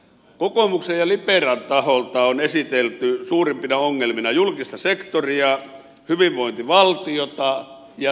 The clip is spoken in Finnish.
kokoomuksen ja liberan taholta on esitelty suurimpina ongelmina julkista sektoria hyvinvointivaltiota ja työmarkkinajärjestelmää